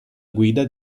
guida